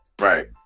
Right